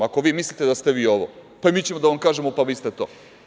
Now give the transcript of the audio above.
Ako vi mislite da ste vi ovo, pa i mi ćemo da vam kažemo – pa, vi ste to.